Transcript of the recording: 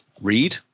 read